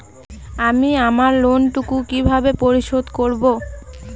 আমি আমার লোন টুকু কিভাবে পরিশোধ করব?